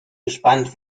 gespannt